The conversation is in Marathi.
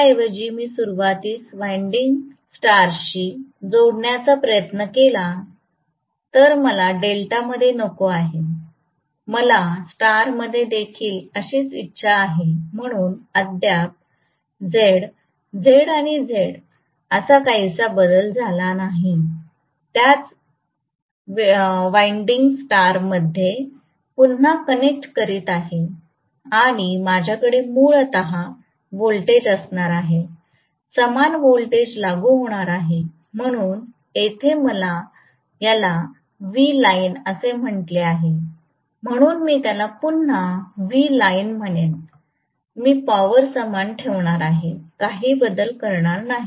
त्याऐवजी मी सुरूवातीस विन्डीन्ग स्टारशी जोडण्याचा प्रयत्न केला तर मला डेल्टामध्ये नको आहे मला स्टारमध्ये देखील अशीच इच्छा आहे म्हणून अद्याप Z Z आणि Z असा काहीसा बदल झाला नाही त्याच विन्डीन्ग स्टार मध्ये पुन्हा कनेक्ट करीत आहे आणि माझ्याकडे मूलत व्होल्टेज असणार आहे समान व्होल्टेज लागू होणार आहे म्हणून येथे आपण याला Vline असे म्हटले आहे म्हणून मी त्याला पुन्हा Vline म्हणेन मी पॉवर सामान ठेवणार आहे काही बदल करणार नाही